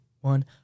one